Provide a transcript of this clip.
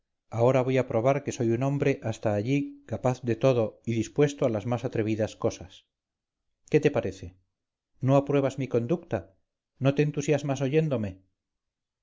ahora voy a probar que soy un hombre hasta allí capaz de todo y dispuesto a las más atrevidas cosas qué te parece no apruebas mi conducta no te entusiasmas oyéndome